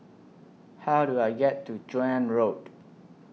How Do I get to Joan Road